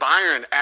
Byron